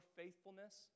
faithfulness